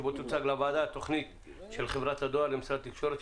שבו תוצג לוועדה תוכנית של חברת הדואר למשרד התקשורת,